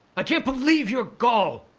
can't believe your gall.